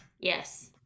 Yes